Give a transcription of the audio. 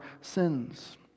sins